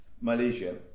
Malaysia